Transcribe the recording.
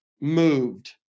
Moved